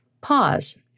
Pause